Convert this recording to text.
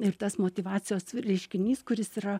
ir tas motyvacijos reiškinys kuris yra